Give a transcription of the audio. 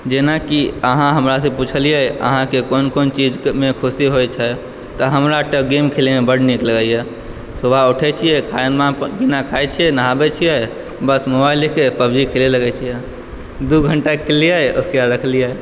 जेनाकि अहाँ हमरा सॅं पूछलियै अहाँ के कोन कोन चीज मे ख़ुशी होए छै हमरा एकटा गेम खेलय मे बड़ नीक लगैया सुबह उठै छियै खाना पीना खाइ छियै नहाबै छियै बस मोबाइल ले के पब जी खेलय लागै छियै दू घंटा खेललियै उसके बाद रखलियै